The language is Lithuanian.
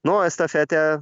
nu estafetė